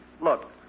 Look